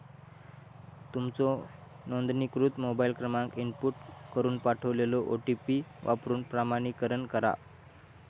तुमचो नोंदणीकृत मोबाईल क्रमांक इनपुट करून पाठवलेलो ओ.टी.पी वापरून प्रमाणीकरण करा